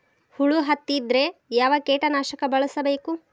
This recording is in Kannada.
ಹುಳು ಹತ್ತಿದ್ರೆ ಯಾವ ಕೇಟನಾಶಕ ಬಳಸಬೇಕ?